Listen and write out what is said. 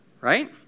right